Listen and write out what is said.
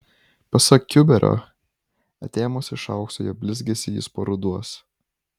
pasak kiuberio atėmus iš aukso jo blizgesį jis paruduos